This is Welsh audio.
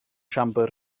siambr